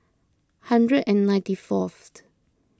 hundred and ninety fourth